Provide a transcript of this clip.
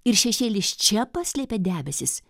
ir šešėlis čia paslėpė debesis